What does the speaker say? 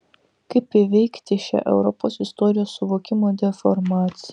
kaip įveikti šią europos istorijos suvokimo deformaciją